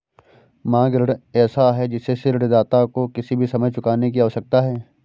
मांग ऋण ऐसा है जिससे ऋणदाता को किसी भी समय चुकाने की आवश्यकता है